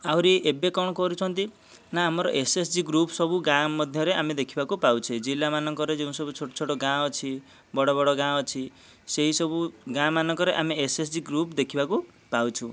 ଆହୁରି ଏବେ କଣ କରୁଛନ୍ତି ନା ଆମର ଏସ ଏଚ ଜି ଗ୍ରୁପ ସବୁ ଗାଁ ମାଧ୍ୟମରେ ସବୁ ଦେଖିବାକୁ ପାଉଛୁ ଜିଲ୍ଲା ମାନଙ୍କରେ ଯେଉଁ ସବୁ ଛୋଟ ଛୋଟ ଗାଁ ଅଛି ବଡ଼ ବଡ଼ ଗାଁ ଅଛି ସେହି ସବୁ ଗାଁ ମାନଙ୍କରେ ଆମେ ଏସ ଏଚ ଜି ଗ୍ରୁପ ଦେଖିବାକୁ ପାଉଛୁ